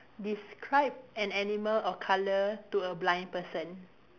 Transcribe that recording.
describe an animal or colour to a blind person